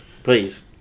Please